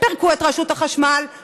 פירקו את רשות החשמל,